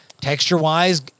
texture-wise